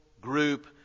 group